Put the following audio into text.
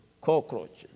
cockroaches